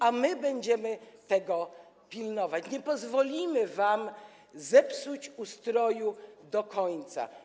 A my będziemy tego pilnować, nie pozwolimy wam zepsuć ustroju do końca.